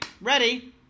ready